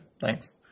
thanks